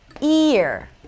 ear